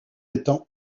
étang